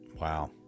Wow